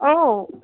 অঁ